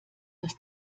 dass